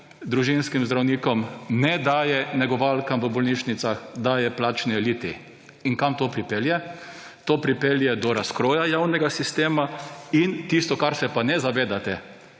družinskim zdravnikom, ne daje negovalkam v bolnišnicah, daje plačni eliti. Kam to pripelje? To pripelje do razkroja javnega sistema in tisto, kar se pa ne zavedate